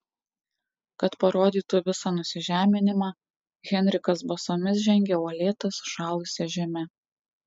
kad parodytų visą nusižeminimą henrikas basomis žengė uolėta sušalusia žeme